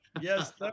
yes